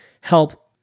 help